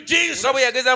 Jesus